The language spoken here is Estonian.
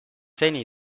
seni